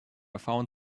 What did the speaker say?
found